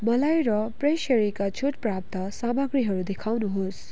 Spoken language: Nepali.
मलाई र प्रेसरीका छुट प्राप्त सामाग्रीहरू देखाउनुहोस्